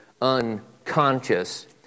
unconscious